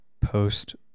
post